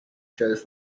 shows